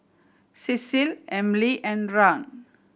Cecile Emely and Rahn